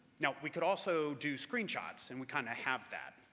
now we could also do screenshots, and we kind of have that.